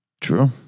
True